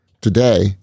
today